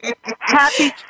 Happy